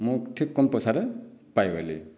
ମୁଁ ଠିକ୍ କମ୍ ପଇସାରେ ପାଇଗଲି